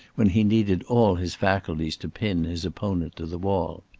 when he needed all his faculties to pin his opponent to the wall.